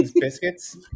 biscuits